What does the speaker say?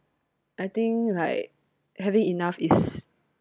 I think like having enough is